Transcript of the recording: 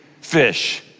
fish